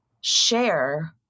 share